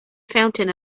fountain